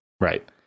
Right